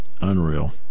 Unreal